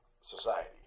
society